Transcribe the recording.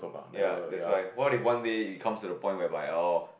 ya that's why what if one day it comes to a point whereby oh